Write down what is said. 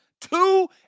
Two